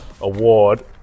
award